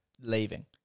leaving